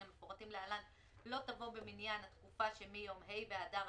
המפורטות להלן לא תבוא במניין התקופה שמיום ה' באדר,